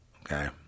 Okay